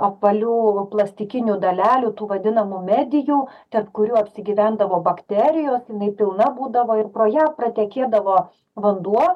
apvalių plastikinių dalelių tų vadinamų medijų tarp kurių apsigyvendavo bakterijos jinai pilna būdavo ir pro ją pratekėdavo vanduo